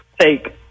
take